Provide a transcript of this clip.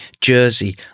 Jersey